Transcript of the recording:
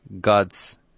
God's